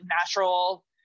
natural